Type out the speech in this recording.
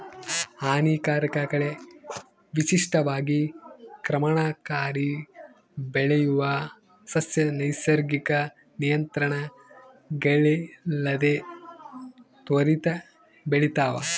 ಹಾನಿಕಾರಕ ಕಳೆ ವಿಶಿಷ್ಟವಾಗಿ ಕ್ರಮಣಕಾರಿ ಬೆಳೆಯುವ ಸಸ್ಯ ನೈಸರ್ಗಿಕ ನಿಯಂತ್ರಣಗಳಿಲ್ಲದೆ ತ್ವರಿತ ಬೆಳಿತಾವ